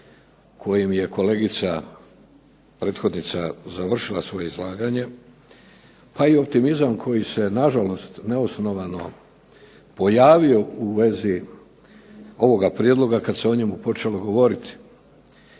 kojim je kolegica prethodnica završila svoje izlaganje, pa i optimizam koji se na žalost neosnovano pojavio u vezi ovoga prijedloga kad se o njemu počelo govoriti.